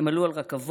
הם עלו על רכבות,